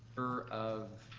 er of